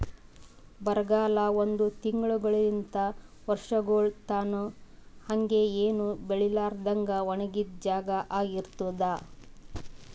ಬರಗಾಲ ಒಂದ್ ತಿಂಗುಳಲಿಂತ್ ವರ್ಷಗೊಳ್ ತನಾ ಹಂಗೆ ಏನು ಬೆಳಿಲಾರದಂಗ್ ಒಣಗಿದ್ ಜಾಗಾ ಆಗಿ ಇರ್ತುದ್